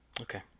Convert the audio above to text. Okay